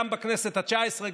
גם בכנסת התשע-עשרה,